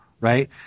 right